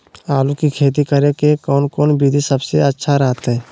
आलू की खेती करें के कौन कौन विधि सबसे अच्छा रहतय?